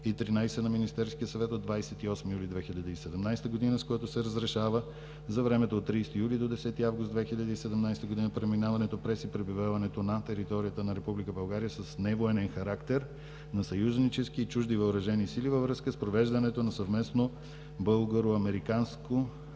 № 413 на Министерския съвет от 28 юли 2017 г., с което се разрешава за времето от 30 юли до 10 август 2017 г. преминаването през и пребиваването на територията на Република България с невоенен характер на съюзнически и чужди въоръжени сили във връзка с провеждането на съвместна българо-американска